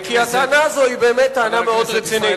כי הטענה הזאת היא באמת טענה מאוד רצינית,